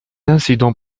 incident